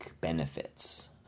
benefits